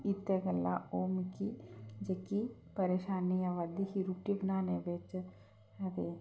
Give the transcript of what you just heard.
इत्त गल्लां ओह् मिगी जेह्की परेशानी अवा दी ही रुट्टी बनाने बिच्च आं ते